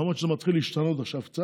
למרות שעכשיו זה מתחיל להשתנות קצת.